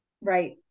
right